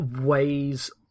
ways